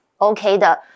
OK的